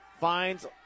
finds